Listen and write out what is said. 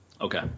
Okay